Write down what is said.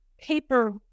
paper